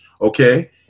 okay